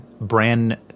brand